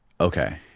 Okay